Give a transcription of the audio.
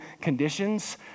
conditions